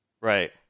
Right